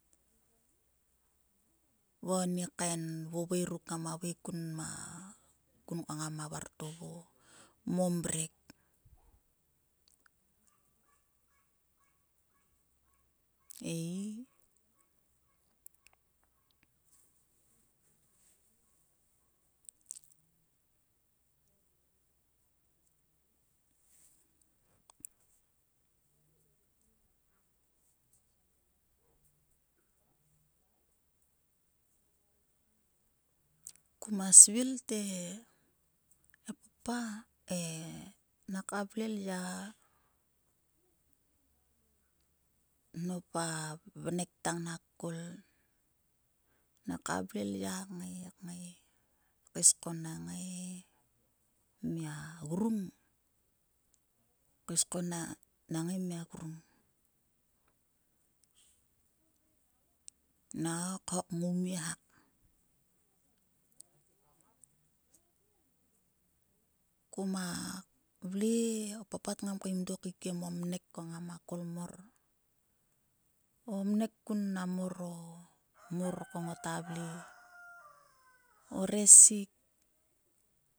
Va mo ni kain vovoi ruk ngama vuik kun mo ko ngama va mo mrek ei. Kuma svill te e papa e naka vle lya nop a vnek tang nak kkol naka vle lya kngai ngai kais ko na ngai mia grung kais ko na ngai mia grung. Nak kngai khok ngoumie hak. Kuma vle o papat ngam kaim dok kaikiem ovnek ko ngama kol mor o vnek kun mnam mor ko ngotta vle o resik